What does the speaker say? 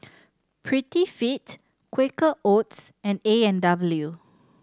Prettyfit Quaker Oats and A and W